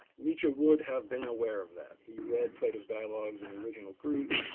nietzsche would have been aware of that, he read plato's dialogues in the original greek,